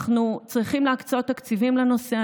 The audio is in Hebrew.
אנחנו צריכים להקצות תקציבים לנושא.